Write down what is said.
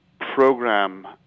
program